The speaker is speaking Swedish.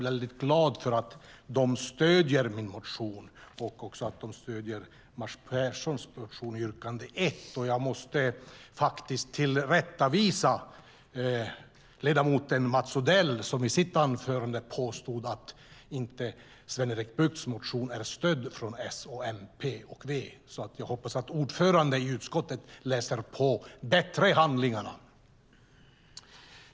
Jag är glad för att de stöder min motion och även Kent Perssons motion, yrkande 1. Jag måste tillrättavisa ledamoten Mats Odell, som i sitt anförande påstod att Sven-Erik Buchts motion inte har stöd från S, MP och V. Jag hoppas att ordföranden i utskottet läser på bättre i handlingarna.